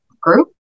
group